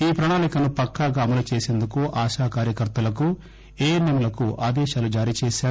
ఈ ప్రణాళికను పక్కాగా అమలు చేసేందుకు ఆశా కార్యకర్తలకు ఏఎన్ఎం లకు ఆదేశాలు జారీ చేశారు